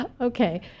Okay